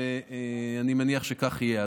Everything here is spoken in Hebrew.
ואני מניח שכך יהיה.